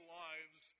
lives